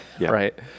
Right